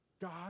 God